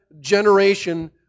generation